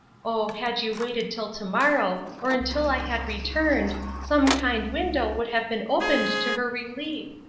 oh, had you waited till tomorrow, or until i had returned, some kind window would have been opened to her relief.